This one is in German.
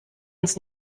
uns